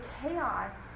chaos